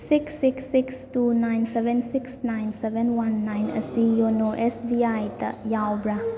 six six six two nine seven six nine seven one nine ꯑꯁꯤ ꯌꯣꯅꯣ S B ꯑꯥꯏꯇ ꯌꯥꯎꯕ꯭ꯔꯥ